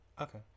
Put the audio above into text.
Okay